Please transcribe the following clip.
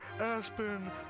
Aspen